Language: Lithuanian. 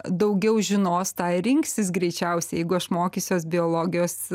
daugiau žinos tą ir rinksis greičiausiai jeigu aš mokysiuos biologijos